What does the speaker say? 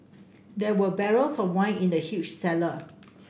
there were barrels of wine in the huge cellar